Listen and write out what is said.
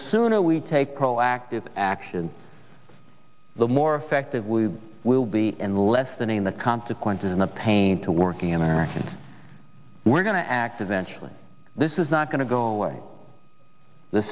sooner we take proactive action the more effective we will be in less than in the consequences and the pain to working and we're going to act eventually this is not going to go away the